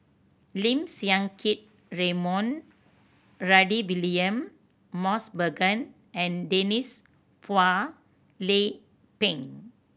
Lim Siang Keat Raymond Rudy William Mosbergen and Denise Phua Lay Peng